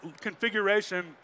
configuration